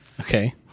Okay